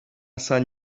sant